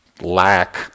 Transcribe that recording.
lack